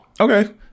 Okay